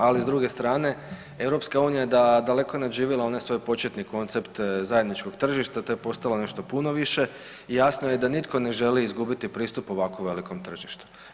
Ali s druge strane EU da daleko nadživjela onaj svoj početni koncept zajedničkog tržišta to je postalo nešto puno više i jasno je da nitko ne želi izgubiti pristup ovako velikom tržištu.